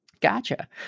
Gotcha